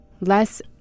less